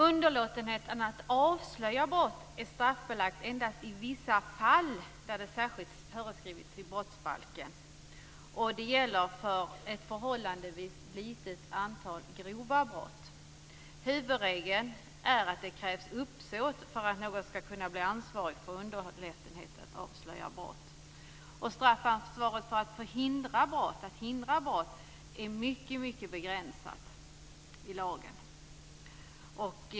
Underlåtenhet att avslöja brott är endast straffbelagt i vissa fall där det särskilt föreskrivits i brottsbalken. Det gäller för ett förhållandevis litet antal grova brott. Huvudregeln är det krävs uppsåt för att någon skall kunna bli ansvarig för underlåtenhet att avslöja brott. Straffansvaret för att förhindra brott är mycket begränsat i lagen.